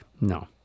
No